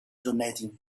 donating